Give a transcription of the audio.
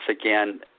again